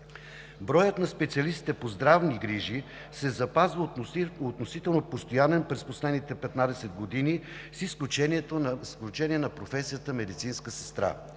Броят на специалистите по здравни грижи се запазва относително постоянен през последните 15 години с изключение на професията „медицинска сестра“.